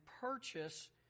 purchase